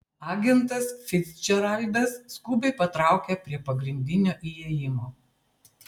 agentas ficdžeraldas skubiai patraukia prie pagrindinio įėjimo